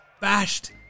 bashed